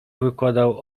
wykładał